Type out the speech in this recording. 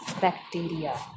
bacteria